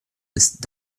ist